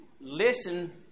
listen